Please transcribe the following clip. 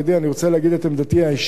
אני רוצה להגיד את עמדתי האישית.